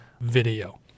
video